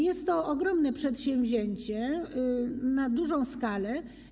Jest to ogromne przedsięwzięcie, na dużą skalę.